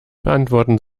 beantworten